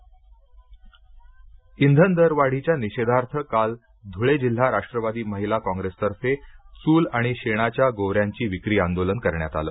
धळे इंधन दरवाढीच्या निषेधार्थ काल धुळे जिल्हा राष्ट्रावादी महिला कॉप्रेसतर्फे चूल आणि शेणाच्या गोवऱ्यांची विक्री आंदोलन करण्यात आलं